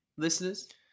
Listeners